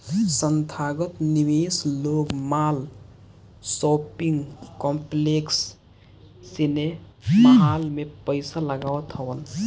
संथागत निवेशक लोग माल, शॉपिंग कॉम्प्लेक्स, सिनेमाहाल में पईसा लगावत हवन